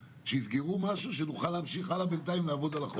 שיסגרו משהו כדי שנוכל להמשיך בינתיים לעבוד על החוק הזה.